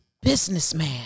businessman